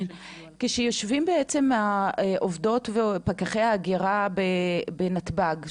כשיושבים בעצם העובדות ופקחי ההגירה בנתב"ג,